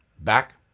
Back